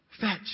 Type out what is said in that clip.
Fetch